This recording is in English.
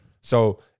So-